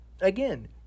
Again